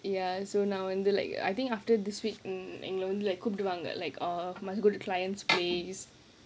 ya so now I think like I think after this week hmm எங்கள வந்து கூப்பிடுவாங்க:engala vandhu kooppiduvaanga like err must go to client's place